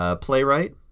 playwright